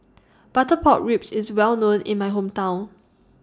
Butter Pork Ribs IS Well known in My Hometown